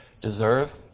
deserve